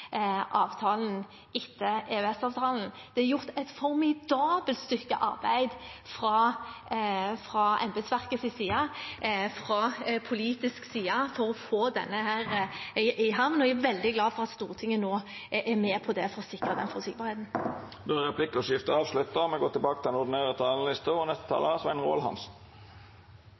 avtalen etter EØS-avtalen. Det er gjort et formidabelt stykke arbeid fra embetsverkets side, fra politisk side, for å få den i havn, og jeg er veldig glad for at Stortinget er med på å få sikret den forutsigbarheten. Replikkordskiftet er avslutta.